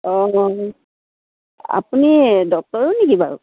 অঁ আপুনি ডক্তৰো নেকি বাৰু